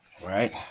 right